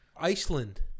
Iceland